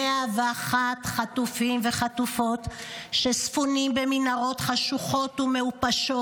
101 חטופים וחטופות שספונים במנהרות חשוכות ומעופשות